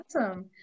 Awesome